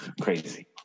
Crazy